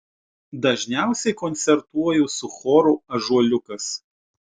dažniausiai koncertuoju su choru ąžuoliukas